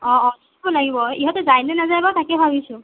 অঁ অঁ ক'ব লাগিব ইহঁতে যায় নে নাযায় বা তাকে ভাবিছোঁ